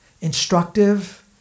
instructive